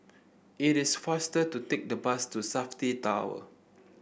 it is faster to take the bus to Safti Tower